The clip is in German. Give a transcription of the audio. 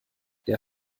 der